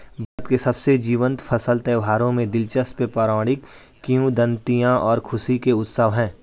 भारत के सबसे जीवंत फसल त्योहारों में दिलचस्प पौराणिक किंवदंतियां और खुशी के उत्सव है